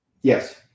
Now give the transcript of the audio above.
Yes